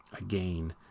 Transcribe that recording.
again